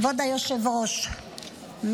כבוד היושב-ראש,